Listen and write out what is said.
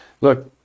Look